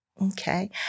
Okay